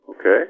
okay